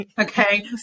Okay